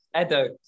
Edo